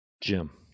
Jim